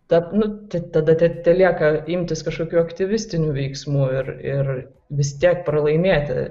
tad nu tada te telieka imtis kažkokių aktyvistinių veiksmų ir ir vis tiek pralaimėti